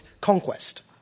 conquest